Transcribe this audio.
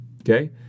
Okay